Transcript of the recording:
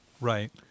Right